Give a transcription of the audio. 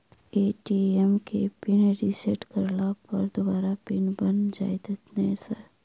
ATM केँ pin reset करला पर दोबारा पिन बन जाइत नै सर?